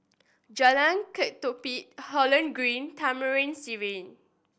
Jalan Ketumbit Holland Green Taman Sireh